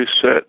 set